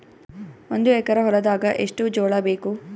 ಒಂದು ಎಕರ ಹೊಲದಾಗ ಎಷ್ಟು ಜೋಳಾಬೇಕು?